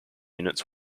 units